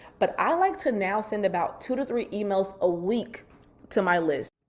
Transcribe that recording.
but i like to now send about two to three emails a week to my list,